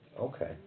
Okay